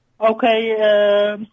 Okay